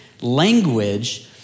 language